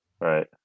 right